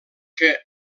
que